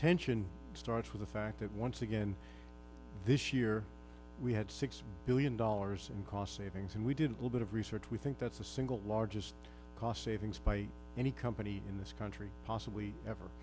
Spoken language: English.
attention starts with the fact that once again this year we had six billion dollars in cost savings and we didn't know bit of research we think that's the single largest cost savings by any company in this country possibly ever